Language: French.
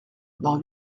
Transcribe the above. dans